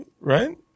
right